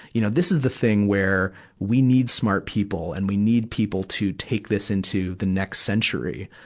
you know, this is the thing where we need smart people, and we need people to take this into the next century.